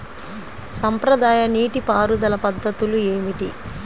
సాంప్రదాయ నీటి పారుదల పద్ధతులు ఏమిటి?